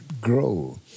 Grow